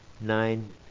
Nine